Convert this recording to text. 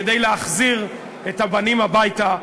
כדי להחזיר את הבנים הביתה,